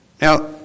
Now